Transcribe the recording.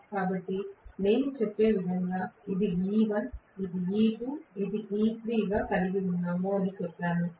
కాబట్టి నేను చెప్పే విధంగా ఇది E1 ఇది E2 ఇది E3 గా కలిగి ఉన్నాను అని చెప్పాను